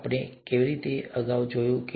અમે કેવી રીતે આ અગાઉ જુઓ ઠીક છે